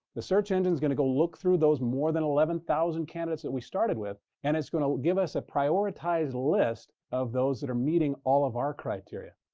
the search engine is going to go look through those more than eleven thousand candidates that we started with, and it's going to give us a prioritized list of those that are meeting all of our criteria.